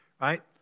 Right